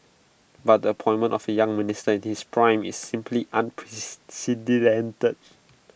but the appointment of A young minister in his prime is simply